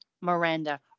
miranda